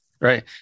right